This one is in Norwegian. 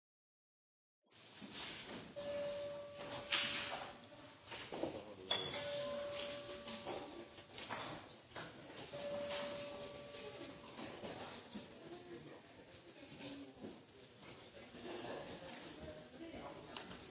de firkantede lovtolkningene. Det er